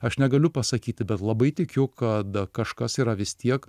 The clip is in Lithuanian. aš negaliu pasakyti bet labai tikiu kad kažkas yra vis tiek